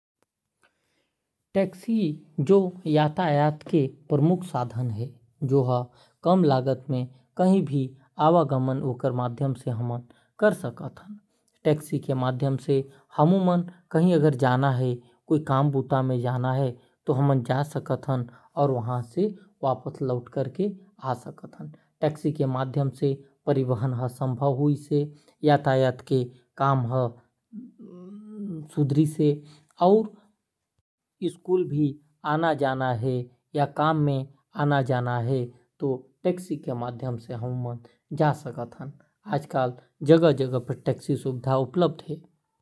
टैक्सी जो यातायात के प्रमुख साधन है। टैक्सी से आसानी से कही भी आ जा सकत ही। ओकर माध्यम से कहीं भी काम बुता में जाना है तो हमन जा सकत ही। टैक्सी के माध्यम से परिवहन के माध्यम हर सुधरीस है और स्कूल जाय ने भी टैक्सी के बहुत काम आयल। काम में आना जाना है तो टैक्सी के माध्यम से हम जा सकत हन।